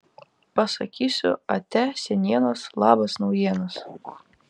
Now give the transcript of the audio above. pasakysiu atia senienos labas naujienos